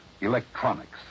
electronics